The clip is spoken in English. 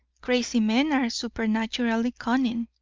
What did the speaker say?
crazy men are supernaturally cunning.